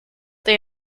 they